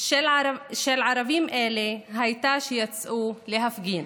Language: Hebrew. של ערבים אלה הייתה שיצאו להפגין.